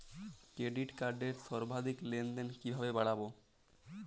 Credit কার্ডের সর্বাধিক লেনদেন কিভাবে বাড়াবো?